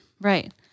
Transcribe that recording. Right